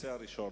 בכיסא הראשון.